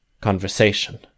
Conversation